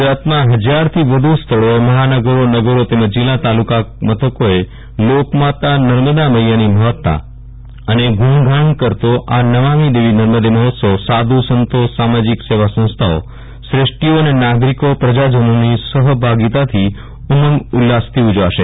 ગુજરાતન્માં હજારથી વધુ સ્થળોએ મહાનગરો નગરો તેમજ જિલ્લા તાલુકા મથકોએ લોકમાતા નર્મદા મૈયાની મહતા અને ગુણગાન કરતો આ નમામી દેવી નર્મદે મહોત્સવ સાધુ સંતો સામાજીક સેવા સંસ્થાઓ શ્રેષ્ઠીઓ અને નાગરીકો પ્રજાજનોની સહભાગીતાથી ઉમંગ ઉલ્લાસથી ઉજવાશે